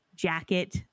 jacket